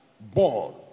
born